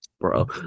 bro